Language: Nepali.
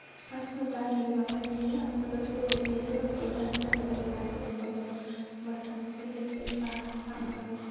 आफ्नो जातिमा पनि है आफ्नो जस्तै भयो धेरै प्रकारको जात जाति भयो मानिसहरू बोल्छन् बस्छन् जस्तै शेर्पा तामाङ